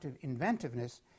inventiveness